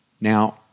Now